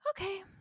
Okay